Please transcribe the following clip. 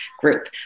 group